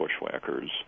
bushwhackers